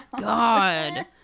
God